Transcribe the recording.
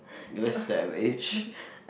that's savage